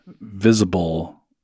visible